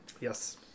Yes